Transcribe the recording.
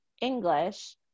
English